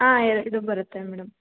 ಆಂ ಎರಡೂ ಬರುತ್ತೆ ಮೇಡಮ್